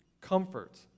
comfort